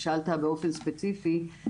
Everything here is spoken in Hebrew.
ששאלת באופן ספציפי.